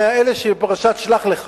מהאלה של פרשת "שלח לך"